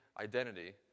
identity